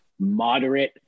moderate